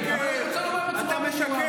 קואליציה שהגדילה בצורה דרמטית את תקציבי